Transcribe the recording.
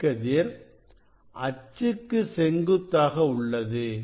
E கதிர் அச்சுக்கு செங்குத்தாக உள்ளது